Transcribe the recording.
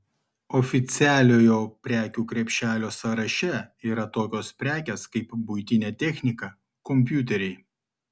oficialiojo prekių krepšelio sąraše yra tokios prekės kaip buitinė technika kompiuteriai